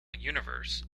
universe